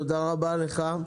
תודה רבה לך.